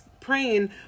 praying